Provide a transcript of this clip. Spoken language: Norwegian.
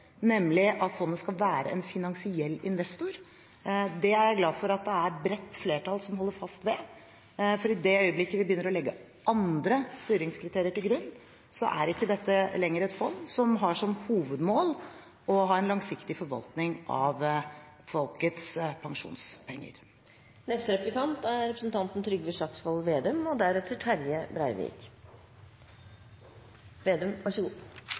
nemlig at fondet skal være en finansiell investor. Det er jeg glad for at det er et bredt flertall som holder fast ved, for i det øyeblikket vi begynner å legge andre styringskriterier til grunn, er ikke dette lenger et fond som har som hovedmål å ha en langsiktig forvaltning av folkets pensjonspenger.